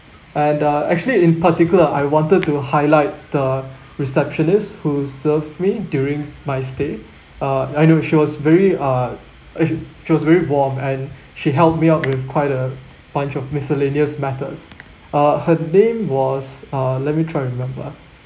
and uh actually in particular I wanted to highlight the receptionist who served me during my stay uh I know she was very ah uh she was very warm and she helped me out with quite a bunch of miscellaneous matters uh her name was uh let me try remember ah